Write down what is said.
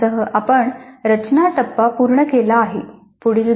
यासह आपण रचना टप्पा पूर्ण केला आहे